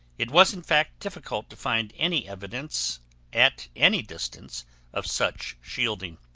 it was in fact difficult to find any evidence at any distance of such shielding.